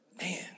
Man